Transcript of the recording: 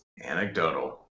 anecdotal